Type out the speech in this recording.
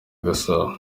gasabo